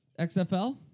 XFL